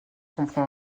comprend